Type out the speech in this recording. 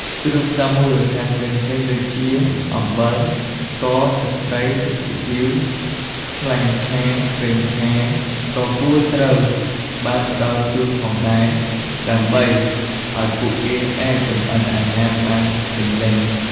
គ្រឿងផ្សំមូលដ្ឋានផ្សេងៗ ដូចជា អំបិល ស្ករ ទឹកត្រី ទឹកស៊ីអុីវ ខ្លាញ់ឆា ប្រេងឆា ក៏គួរត្រូវបានផ្តល់ជូនផងដែរ ដើម្បីឱ្យពួកគេអាចចម្អិនអាហារបានពេញលេញ។